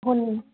हन